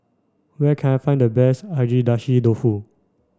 where can I find the best Agedashi Dofu